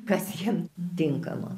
kas jiem tinkama